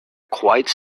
quite